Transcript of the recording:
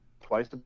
Twice